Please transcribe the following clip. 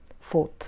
Fourth